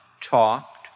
talked